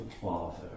Father